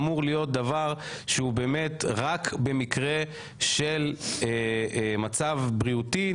אמור להיות דבר שהוא באמת רק במקרה של מצב בריאותי,